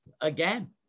again